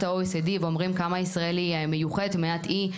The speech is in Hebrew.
ה-OECD ואומרים כמה ישראל היא מיוחדת ומדינת אי,